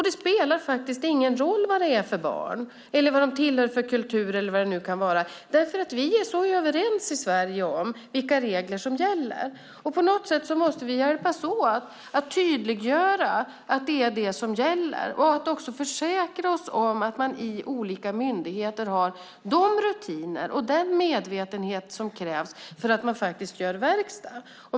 Det spelar ingen roll vad det är för barn eller vad de tillhör för kultur eller vad det nu kan vara. Vi är överens i Sverige om vilka regler som gäller. På något sätt måste vi hjälpas åt att tydliggöra att det är det som gäller och försäkra oss om att man i olika myndigheter har de rutiner och den medvetenhet som krävs för att få verkstad.